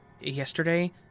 yesterday